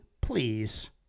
please